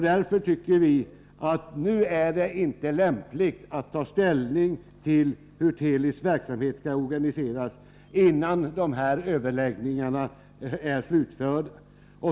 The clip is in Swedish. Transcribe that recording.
Därför tycker vi att det nu inte är lämpligt att ta ställning till hur Telis verksamhet skall organiseras, innan dessa överläggningar är slutförda.